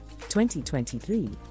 2023